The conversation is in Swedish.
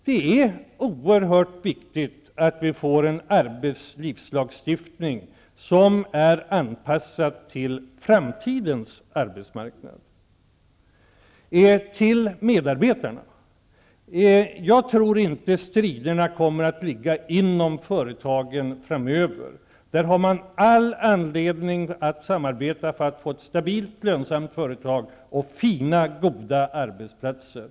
Det är oerhört viktigt att vi får en arbetslivslagstiftning som är anpassad till framtidens arbetsmarknad. När det gäller medarbetarna vill jag säga att jag inte tror att striderna framöver kommer att ligga inom företagen. Där har man all anledning att samarbeta för att få ett stabilt lönsamt företag samt fina och goda arbetsplatser.